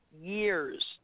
Years